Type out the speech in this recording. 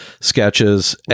sketches